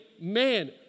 man